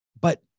But-